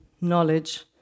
knowledge